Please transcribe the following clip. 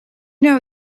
know